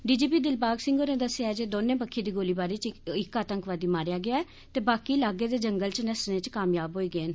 DGP Dilbag Singh होरें दस्सेआ ऐ जे दौनें बक्खी दी गोलीबारी च इक आतंकवादी मारेआ गेआ ऐ ते बाकि दे लाग्गे दे जंगलें च नस्सने च कामयाब होई गेन